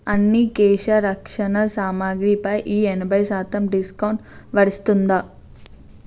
అన్ని కేశ రక్షణ సామాగ్రిపై ఈ ఎనభై శాతం డిస్కౌంట్ వరిస్తుందా